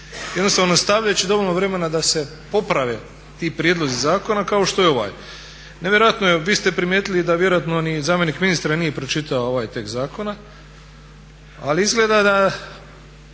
jednostavno ne ostavljajući dovoljno vremena da se poprave ti prijedlozi zakona kao što je ovaj. Nevjerojatno je, vi ste primijetili i da vjerojatno ni zamjenik ministra nije pročitao ovaj tekst zakona, ali izgleda da